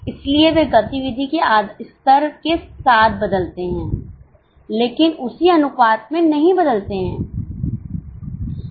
इसलिए वे गतिविधि के स्तर के साथ बदलते हैं लेकिन उसी अनुपात में नहीं बदलते हैं